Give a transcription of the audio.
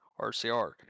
RCR